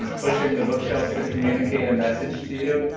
pushing the bookshelves to communicate a message to you?